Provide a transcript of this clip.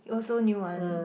also new one